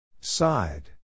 Side